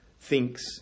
thinks